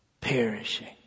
perishing